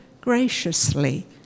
graciously